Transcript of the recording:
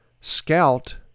Scout